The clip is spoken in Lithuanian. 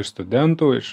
iš studentų iš